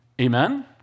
Amen